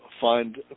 find